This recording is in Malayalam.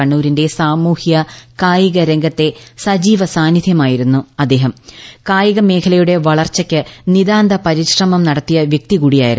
കണ്ണൂരീന്റെ സാമൂഹ്യ കായിക രംഗത്തെ സജീവ സാന്നിധ്യമായിരുന്ന അദ്ദേഹം കായികമേഖലയുടെ വളർച്ചയ്ക്ക് നിതാന്ത പരിശ്രമം നടത്തിയ വൃക്തി കൂടിയായിരുന്നു